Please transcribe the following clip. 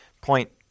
point